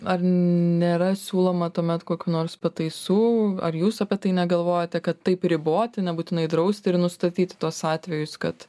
ar nėra siūloma tuomet kokių nors pataisų ar jūs apie tai negalvojate kad taip riboti nebūtinai drausti ir nustatyti tuos atvejus kad